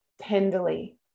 tenderly